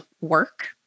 work